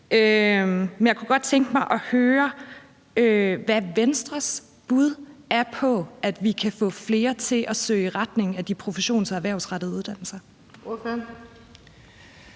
Jeg kunne godt tænke mig at høre, hvad Venstres bud er på, at vi kan få flere til at søge i retning af de professions- og erhvervsrettede uddannelser.